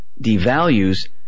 devalues